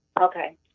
Okay